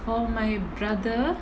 for my brother